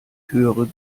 höhere